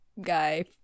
guy